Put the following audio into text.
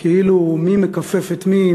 מי מכופף את מי,